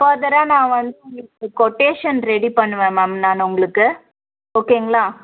ஃபர்தராக நான் வந்து உங்களுக்கு கொட்டேஷன் ரெடி பண்ணுவேன் மேம் நான் உங்களுக்கு ஓகேங்களா